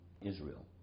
Israel